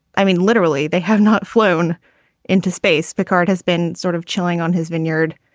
i mean, literally, they have not flown into space. picard has been sort of chilling on his vineyard,